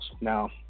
Now